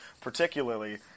particularly